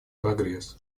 прогресс